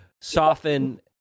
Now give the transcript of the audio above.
soften